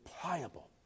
pliable